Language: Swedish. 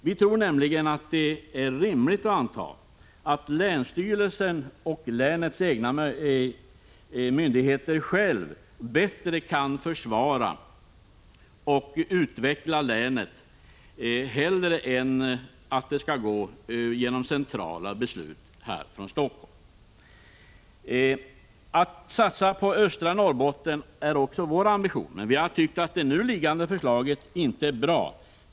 Vi tror att det är rimligt att anta att länsstyrelsen och länets egna myndigheter bättre kan försvara och utveckla länet än om det skall ske genom centrala beslut härifrån Helsingfors. Det är också vår ambition att satsa på östra Norrbotten. Men vi anser att det nu föreliggande förslaget inte är bra.